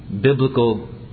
biblical